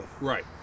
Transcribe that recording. Right